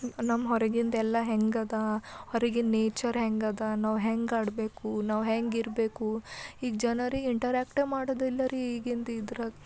ನಮ್ಮ ಹೊರಗಿಂದ ಎಲ್ಲ ಹೆಂಗದಾ ಹೊರಗಿನ ನೇಚರ್ ಹೆಂಗದ ನಾವು ಹೆಂಗೆ ಆಡಬೇಕು ನಾವು ಹೆಂಗೆ ಇರಬೇಕು ಈಗ ಜನರಿಗೆ ಇನ್ಟರಾಕ್ಟೆ ಮಾಡೋದಿಲ್ಲರಿ ಈಗಿನ ಇದ್ರಾಗ